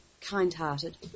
kind-hearted